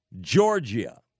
Georgia